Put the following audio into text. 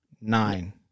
nine